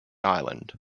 island